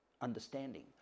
understanding